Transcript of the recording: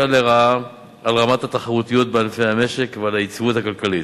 לרעה על רמת התחרותיות בענפי המשק ועל היציבות הכלכלית,